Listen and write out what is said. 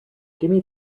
gimme